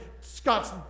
Scott's